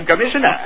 commissioner